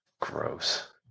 gross